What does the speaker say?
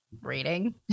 Reading